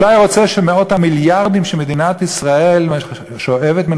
אולי הוא רוצה שמאות המיליארדים שמדינת ישראל שואבת מן